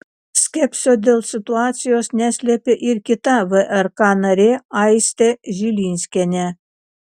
skepsio dėl situacijos neslėpė ir kita vrk narė aistė žilinskienė